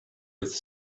with